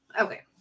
Okay